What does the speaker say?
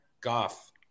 Goff